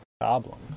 problem